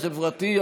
החברתי,